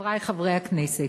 חברי חברי הכנסת,